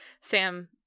Sam